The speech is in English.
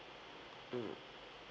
mm